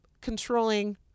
controlling